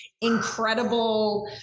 incredible